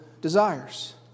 desires